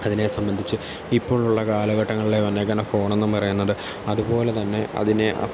അതിനെ സംബന്ധിച്ച് ഇപ്പോഴുള്ള കാലഘട്ടങ്ങളിൽ വന്നേക്കുന്ന ഫോണെന്നു പറയുന്നത് അതുപോലെ തന്നെ അതിനെ